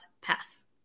pass